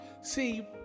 See